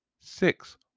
Six